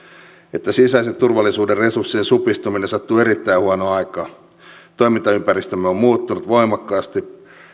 että sisäisen turvallisuuden resurssien supistuminen sattuu erittäin huonoon aikaan toimintaympäristömme on muuttunut voimakkaasti